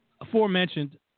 aforementioned